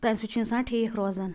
تَمہِ سۭتۍ چھُ انسان ٹھیٖک روزان